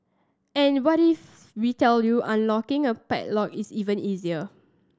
and what if we tell you unlocking a padlock is even easier